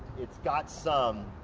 it's got some,